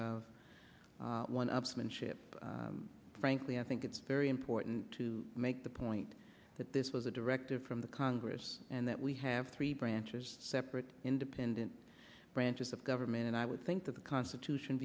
of one upmanship frankly i think it's very important to make the point that this was a directive from the congress and that we have three branches separate independent branches of government and i would think that the constitution